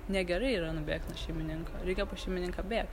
negerai yra nubėgt nuo šeimininko reikia pas šeimininką bėgt